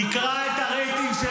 חבר הכנסת --- תקרא את הרייטינג של